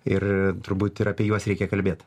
ir turbūt ir apie juos reikia kalbėt